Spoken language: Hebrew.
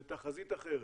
לתחזית אחרת.